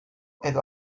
edo